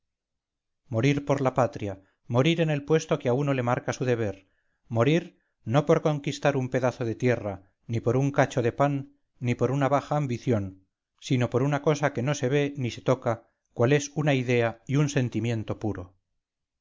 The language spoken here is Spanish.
morir por la patria morir en el puesto que a uno le marca su deber morir no por conquistar un pedazo de tierra ni por un cacho de pan ni por una baja ambición sino por una cosa que no se ve ni se toca cual es una idea y un sentimiento puro